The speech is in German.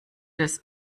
des